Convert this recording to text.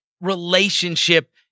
relationship